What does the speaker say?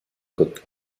côte